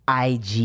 IG